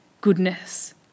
goodness